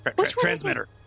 transmitter